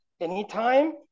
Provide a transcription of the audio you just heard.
anytime